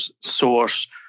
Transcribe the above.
source